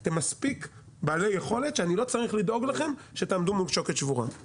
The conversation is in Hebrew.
אתם מספיק בעלי יכולת שאני לא צריך לדאוג לכם שתעמדו מול שוקת שבורה.